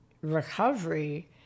recovery